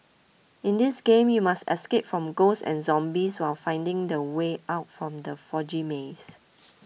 in this game you must escape from ghosts and zombies while finding the way out from the foggy maze